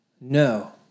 No